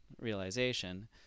realization